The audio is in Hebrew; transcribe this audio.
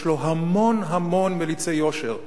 יש לו המון מליצי יושר.